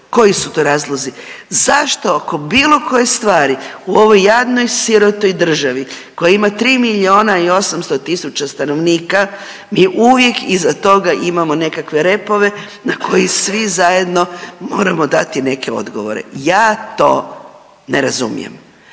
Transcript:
koji su to razlozi, zašto oko bilo koje stvari u ovoj jadnoj sirotoj državi koja ima 3 milijuna i 800 tisuća stanovnika mi uvijek iza toga imamo nekakve repove na koji svi zajedno moramo dati neke odgovore. Ja to ne razumijem,